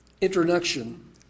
introduction